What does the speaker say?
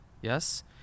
yes